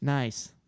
Nice